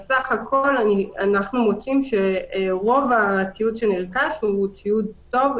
בסך הכל אנחנו מוצאים שרוב הציוד שנרכש הוא ציוד טוב,